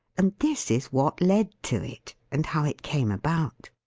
and this is what led to it, and how it came about.